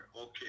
Okay